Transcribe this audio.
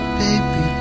baby